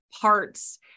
parts